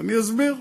אני אסביר.